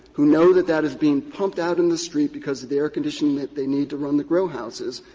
who know that that is being pumped out into and the street because of the air conditioning that they need to run the grow houses,